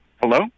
Hello